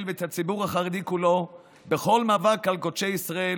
ואת הציבור החרדי כולו בכל מאבק על קודשי ישראל,